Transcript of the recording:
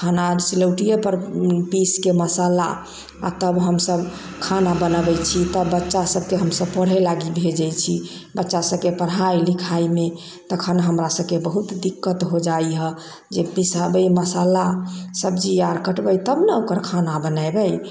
खाना सिलौटीये पर पीस के मशाला आ तब हमसब खाना बनबै छी तब बच्चा सबके हमसब पढ़ैलागी भेजै छी बच्चा सबके पढ़ाइ लिखाइ मे तखन हमरासबके बहुत दिक्कत हो जाइ है जे पिसबै मशाला सब्जी आर कटबै तब ने ओकरा खाना बनबै